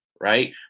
right